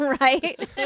Right